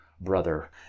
brother